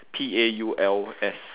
P A U L S